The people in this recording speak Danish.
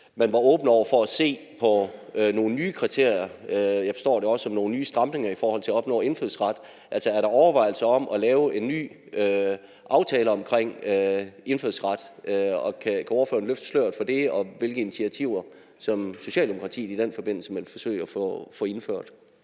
man var åben over for at se på nogle nye kriterier, og jeg forstår det også som nogle nye stramninger i forhold til at opnå indfødsret: Er der overvejelser om at lave en ny aftale om indfødsret, og kan ordføreren løfte sløret for det og for, hvilke initiativer Socialdemokratiet i den forbindelse vil forsøge at få indført?